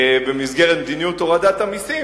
במסגרת מדיניות הורדת המסים.